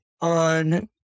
on